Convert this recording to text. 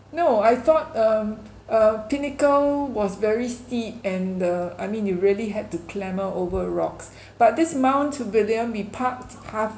no I thought um uh pinnacle was very steep and the I mean you really had to clamour over rocks but this mount william we parked half